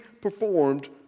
performed